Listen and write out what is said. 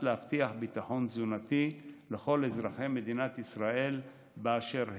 להבטיח ביטחון תזונתי לכל אזרחי מדינת ישראל באשר הם.